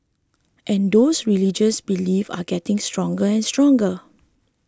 and those religious beliefs are getting stronger and stronger